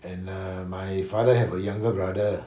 and err my father have a younger brother